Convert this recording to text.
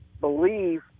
believe